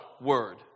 word